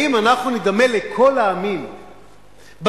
האם אנחנו נידמה לכל העמים בדמוקרטיה,